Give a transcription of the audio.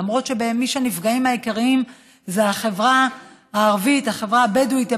למרות שהנפגעים העיקריים הם בחברה הערבית ובחברה הבדואית.